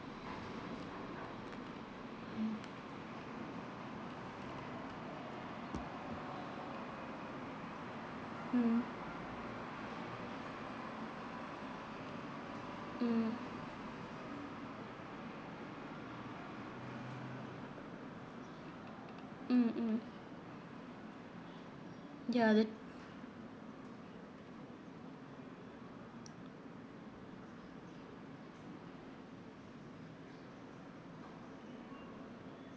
mm mm mm mm mm ya th~